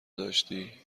داشتی